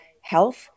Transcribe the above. health